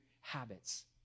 habits